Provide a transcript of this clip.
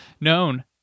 known